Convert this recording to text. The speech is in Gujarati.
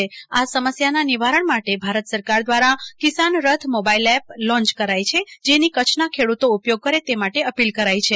ખા સમસ્યાના નિવારણ માટે ભારત સરકાર દ્વારા Kisan Rath mobile app launch કરાઈ છે જેનો કચ્છના ખેડૂતો ઉપયોગ કરે તે માટે અપીલ કરાઈ છે